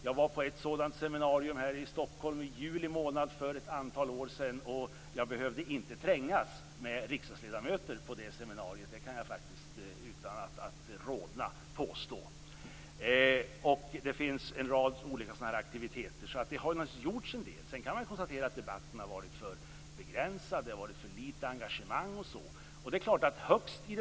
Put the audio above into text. Jag var på ett sådant seminarium här i Stockholm i juli månad för ett antal år sedan. Jag behövde inte trängas med riksdagsledamöter på det seminariet. Det kan jag faktiskt påstå utan att rodna. Det finns en rad olika sådana här aktiviteter. Så det har naturligtvis gjorts en del. Sedan kan man konstatera att debatten har varit för begränsad. Det har varit för litet engagemang.